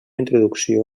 introducció